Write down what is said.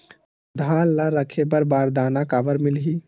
धान ल रखे बर बारदाना काबर मिलही?